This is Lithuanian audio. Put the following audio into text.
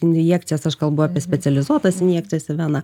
injekcijas aš kalbu apie specializuotas injekcijas į veną